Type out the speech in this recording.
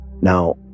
Now